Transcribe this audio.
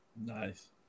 Nice